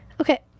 Okay